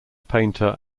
painter